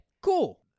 Cool